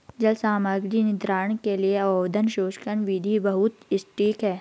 जल सामग्री निर्धारण के लिए ओवन शुष्कन विधि बहुत सटीक है